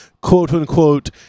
quote-unquote